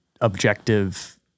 objective